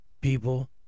people